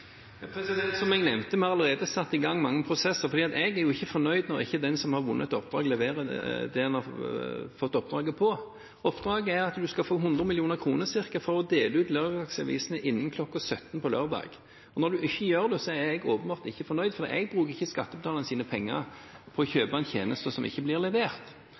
Som jeg nevnte: Vi har allerede satt i gang mange prosesser, for jeg er ikke fornøyd når den som har vunnet et oppdrag, ikke leverer det en har fått oppdraget på. Oppdraget er at en skal få ca. 100 mill. kr for å dele ut lørdagsavisene innen kl. 17 på lørdag. Når en ikke gjør det, er jeg åpenbart ikke fornøyd, for jeg bruker ikke skattebetalernes penger på å kjøpe en tjeneste som ikke blir levert.